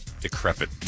decrepit